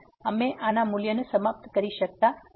અમે આના મૂલ્યને સમાપ્ત કરી શકતા નથી